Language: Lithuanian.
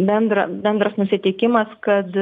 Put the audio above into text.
bendra bendras nusiteikimas kad